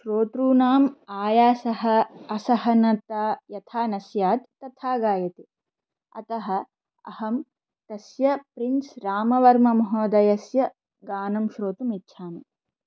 श्रोतॄणाम् आयासः असहनता यथा न स्यात् तथा गायति अतः अहं तस्य प्रिन्स् रामवर्ममहोदस्य गानं श्रोतुम् इच्छामि